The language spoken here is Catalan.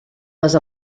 les